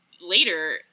later